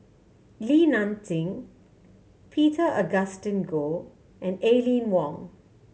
Li Nanxing Peter Augustine Goh and Aline Wong